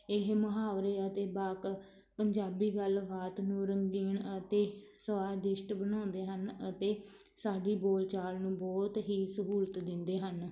ਇਹ ਮੁਹਾਵਰੇ ਅਤੇ ਵਾਕ ਪੰਜਾਬੀ ਗੱਲਬਾਤ ਨੂੰ ਰੰਗੀਨ ਅਤੇ ਸੁਆਦਿਸ਼ਟ ਬਣਾਉਂਦੇ ਹਨ ਅਤੇ ਸਾਡੀ ਬੋਲਚਾਲ ਨੂੰ ਬਹੁਤ ਹੀ ਸਹੂਲਤ ਦਿੰਦੇ ਹਨ